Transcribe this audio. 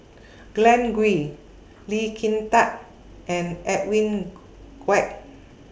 Glen Goei Lee Kin Tat and Edwin Koek